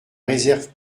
réserve